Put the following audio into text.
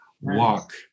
Walk